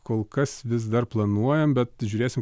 kol kas vis dar planuojam bet žiūrėsim